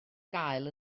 gael